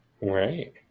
Right